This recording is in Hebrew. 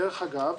דרך אגב,